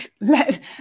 let